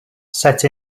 set